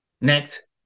Next